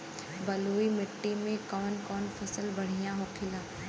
बलुई मिट्टी में कौन कौन फसल बढ़ियां होखेला?